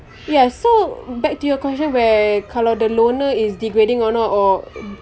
ya so back to your question where kalau the loner is degrading or not or